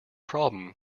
problem